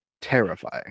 terrifying